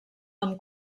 amb